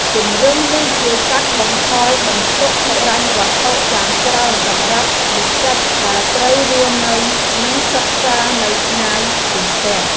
ជម្រើសនេះជួយកាត់បន្ថយបន្ទុកហិរញ្ញវត្ថុយ៉ាងច្រើនសម្រាប់និស្សិតដែលត្រូវរស់នៅនិងសិក្សានៅឆ្ងាយពីផ្ទះ។